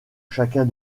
chacun